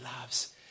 loves